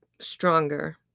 stronger